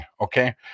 okay